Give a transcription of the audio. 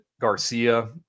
Garcia